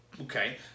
Okay